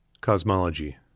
Cosmology